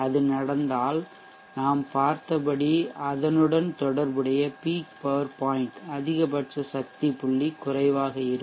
அது நடந்தால் நாம் பார்த்தபடி அதனுடன் தொடர்புடைய பீக் பவர் பாயின்ட் அதிகபட்ச சக்தி புள்ளி குறைவாக இருக்கும்